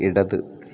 ഇടത്